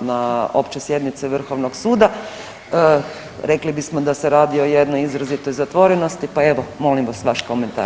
na Općoj sjednici VSRH-a, rekli bismo da se radi o jednoj izrazitoj zatvorenosti, pa evo, molim vas, vaš komentar.